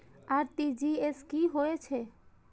RTGS की होय छै